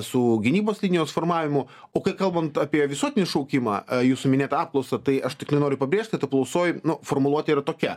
su gynybos linijos formavimu o kai kalbant apie visuotinį šaukimą jūsų minėtą apklausą tai aš tik nenoriu pabrėžt kad apklausoj formuluotė yra tokia